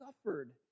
suffered